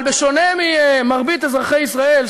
אבל בשונה ממרבית אזרחי ישראל,